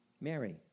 Mary